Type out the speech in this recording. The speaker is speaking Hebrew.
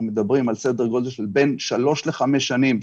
מדברים על סדר גודל של בין שלוש לחמש שנים,